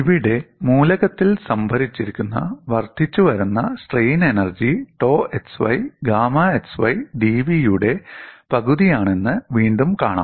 ഇവിടെ മൂലകത്തിൽ സംഭരിച്ചിരിക്കുന്ന വർദ്ധിച്ചുവരുന്ന strain energy tau xy gamma xy dV യുടെ പകുതിയാണെന്ന് വീണ്ടും കാണാം